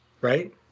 Right